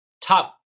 top